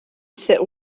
sit